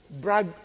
brag